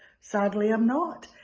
sadly, i'm not.